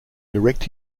direct